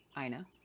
Ina